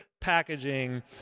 packaging